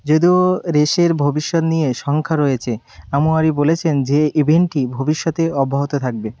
যদিও রেসের ভবিষ্যত নিয়ে শঙ্খা রয়েছে আমুয়ারি বলেছেন যে ইভেন্টটি ভবিষ্যতে অব্যাহত থাকবে